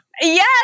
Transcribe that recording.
Yes